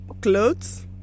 clothes